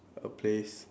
a place